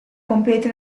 compete